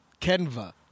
Canva